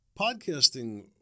Podcasting